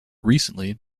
recently